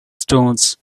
stones